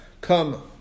Come